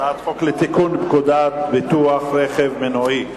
הצעת חוק לתיקון פקודת ביטוח רכב מנועי.